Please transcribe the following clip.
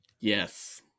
Yes